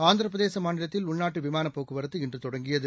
ஆந்திரப்பிரதேச மாநிலத்தில் உள்நாட்டு விமானப் போக்குவரத்து இன்று தொடங்கியது